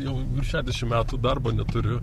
jau šedešim metų darbo neturiu